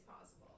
possible